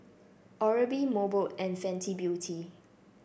Oral B Mobot and Fenty Beauty